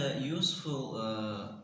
useful